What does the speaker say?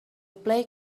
play